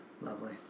Lovely